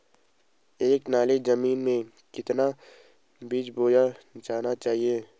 एक नाली जमीन में कितना बीज बोया जाना चाहिए?